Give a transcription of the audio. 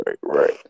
right